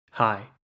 Hi